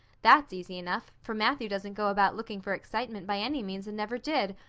that's easy enough, for matthew doesn't go about looking for excitement by any means and never did,